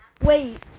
Wait